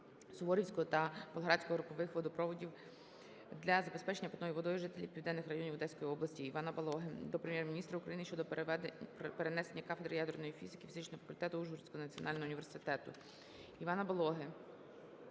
Суворівського та Болградського групових водопроводів для забезпечення питною водою жителів південних районів Одеської області. Івана Балоги до Прем'єр-міністра України щодо перенесення кафедри ядерної фізики фізичного факультету Ужгородського національного університету. Івана Балоги